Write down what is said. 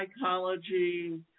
psychology